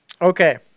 okay